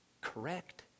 correct